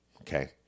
Okay